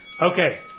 Okay